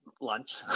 lunch